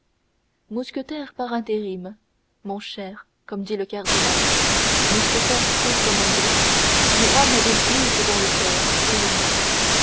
mousquetaire par intérim mon cher comme dit le cardinal mousquetaire contre mon gré mais homme église dans le coeur croyez-moi